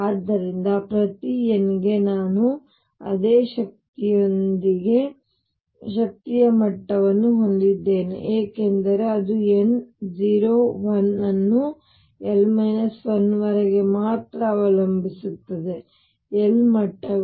ಆದ್ದರಿಂದ ಪ್ರತಿ n ಗೆ ನಾನು ಅದೇ ಶಕ್ತಿಯೊಂದಿಗೆ ಶಕ್ತಿಯ ಮಟ್ಟವನ್ನು ಹೊಂದಿದ್ದೇನೆ ಏಕೆಂದರೆ ಅದು n 0 1 ಅನ್ನು l 1 ವರೆಗೆ ಮಾತ್ರ ಅವಲಂಬಿಸಿರುತ್ತದೆ l ಮಟ್ಟಗಳು